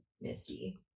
Misty